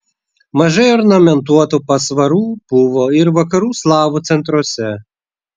mažai ornamentuotų pasvarų buvo ir vakarų slavų centruose